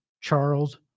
Charles